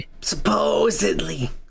supposedly